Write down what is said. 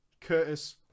Curtis